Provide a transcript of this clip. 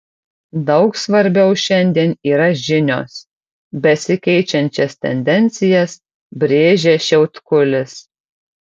daug svarbiau šiandien yra žinios besikeičiančias tendencijas brėžia šiautkulis